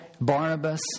Barnabas